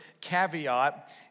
caveat